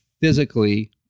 physically